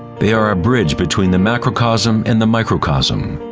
they are a bridge between the macrocosm and the microcosm.